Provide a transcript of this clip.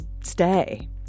stay